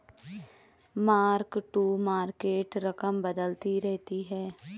mark to market रकम बदलती रहती है